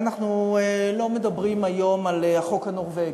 אנחנו לא מדברים היום על החוק הנורבגי.